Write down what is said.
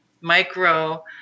micro